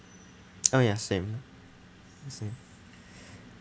oh ya same same